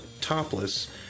topless